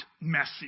messy